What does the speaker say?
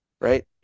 right